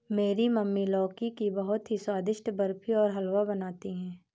मेरी मम्मी लौकी की बहुत ही स्वादिष्ट बर्फी और हलवा बनाती है